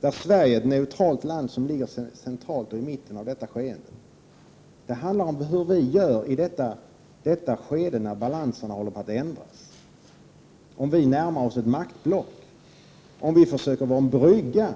Det handlar om vad Sverige, ett neutralt land som ligger centralt i mitten av detta skeende, gör i detta skede, när balanserna håller på att ändras — om vi försöker vara ett maktblock, om vi försöker vara en brygga